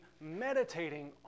meditating